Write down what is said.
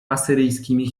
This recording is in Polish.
asyryjskimi